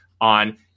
on